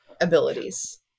abilities